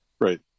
right